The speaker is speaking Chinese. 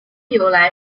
由来